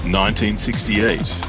1968